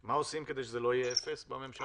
מה עושים כדי שזה לא יהיה אפס בממשלה?